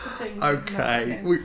Okay